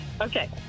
Okay